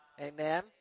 Amen